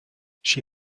she